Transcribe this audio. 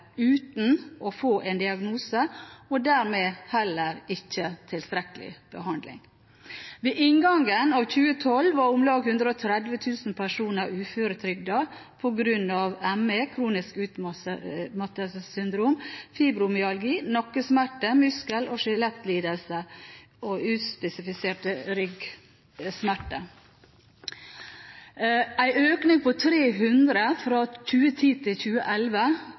uten å få en diagnose og dermed heller ikke tilstrekkelig behandling. Ved inngangen til 2012 var om lag 130 000 personer uføretrygdet på grunn av ME/kronisk utmattelsessyndrom, fibromyalgi, nakkesmerter, muskel- og skjelettlidelser og uspesifiserte ryggsmerter. Det er en økning på 3 000 fra 2010 til 2011,